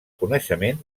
coneixement